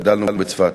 גדלנו בצפת.